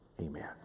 amen